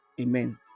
Amen